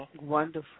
Wonderful